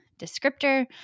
descriptor